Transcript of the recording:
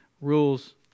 rules